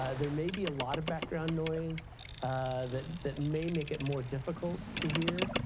ah there may be a lot of background noise that that may make it more difficult to hear.